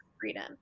freedom